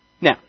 Now